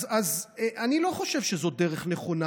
אז אני לא חושב שזאת דרך נכונה,